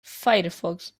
firefox